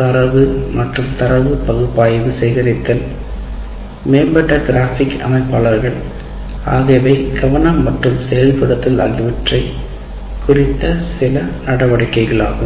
தரவு மற்றும் தரவு பகுப்பாய்வு சேகரித்தல் மேம்பட்ட கிராஃபிக் அமைப்பாளர்கள் ஆகியவை கவனம் மற்றும் செயல்படுத்துதல் ஆகியவற்றை குறித்த சில நடவடிக்கைகளாகும்